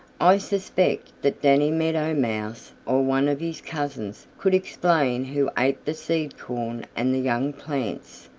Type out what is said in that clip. i suspect that danny meadow mouse or one of his cousins could explain who ate the seed corn and the young plants.